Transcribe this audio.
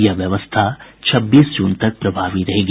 यह व्यवस्था छब्बीस जून तक प्रभावी रहेगी